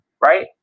right